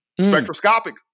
spectroscopic